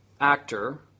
actor